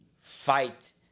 fight